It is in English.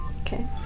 Okay